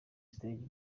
stage